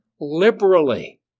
liberally